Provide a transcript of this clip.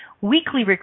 weekly